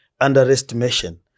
underestimation